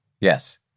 Yes